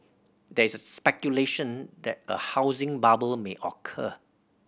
there is speculation that a housing bubble may occur